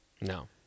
No